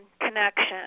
Connection